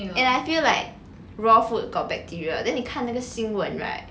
and I feel like raw food got bacteria then 你看那个新闻 right